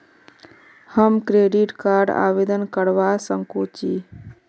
हम credit card आवेदन करवा संकोची?